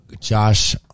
Josh